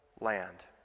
land